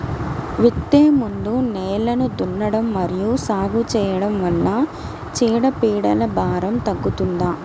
విత్తే ముందు నేలను దున్నడం మరియు సాగు చేయడం వల్ల చీడపీడల భారం తగ్గుతుందా?